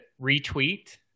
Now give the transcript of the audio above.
retweet